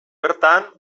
bertan